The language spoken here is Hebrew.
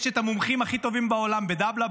יש את המומחים הכי טובים בעולם בדבל"א,